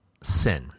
sin